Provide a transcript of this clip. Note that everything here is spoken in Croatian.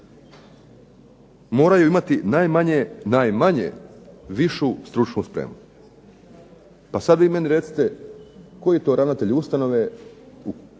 moraju imati najmanje višu stručnu spremu. Pa sad vi meni recite i koji to ravnatelj ustanove i u kojem